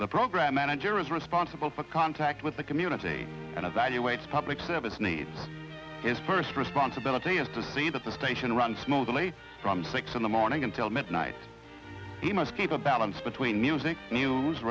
the program manager is responsible for contact with the community and evaluates public service needs is first responsibility is to see that the station runs smoothly from six in the morning until midnight he must keep a balance between music news